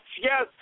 yes